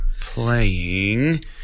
playing